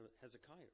Hezekiah